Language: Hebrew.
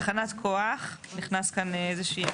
תחנת כוח, נכנס כאן איזושהי מגבלה.